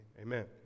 amen